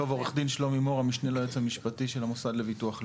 היועץ המשפטי של המוסד לביטוח לאומי,